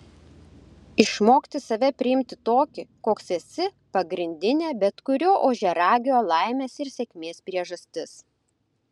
išmokti save priimti tokį koks esi pagrindinė bet kurio ožiaragio laimės ir sėkmės priežastis